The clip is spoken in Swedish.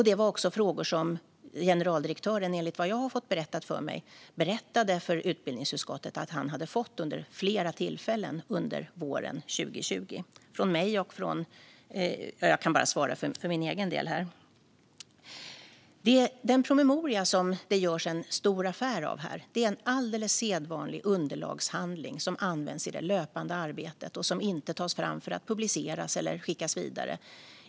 Det var också frågor som generaldirektören, enligt vad jag har fått berättat för mig, berättade för utbildningsutskottet att han hade fått från mig vid flera tillfällen under våren 2020. Den promemoria som det görs en stor affär av här är en alldeles sedvanlig underlagshandling som används i det löpande arbetet och som inte tas fram för att publiceras eller skickas vidare.